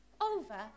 over